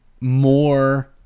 more